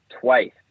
twice